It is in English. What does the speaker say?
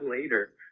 later